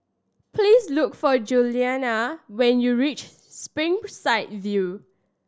please look for Julianne when you reach Springside View